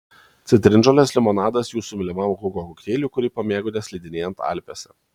citrinžolės limonadas jūsų mylimam hugo kokteiliui kurį pamėgote slidinėjant alpėse